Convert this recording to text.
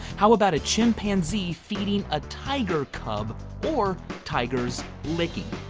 how about a chimpanzee feeding a tiger cub or tiger's licking.